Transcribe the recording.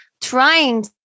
trying